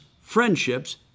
friendships